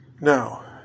now